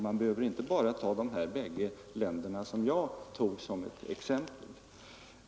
Man behöver inte bara ta de bägge länder som jag anförde som exempel.